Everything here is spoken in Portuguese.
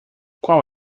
qual